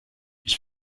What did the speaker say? ich